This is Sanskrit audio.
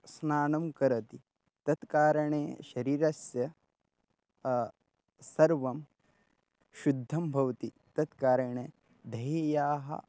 स्नानं करोति तत्कारणे शरीरस्य सर्वं शुद्धं भवति तत्कारणे दध्ना